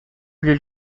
plus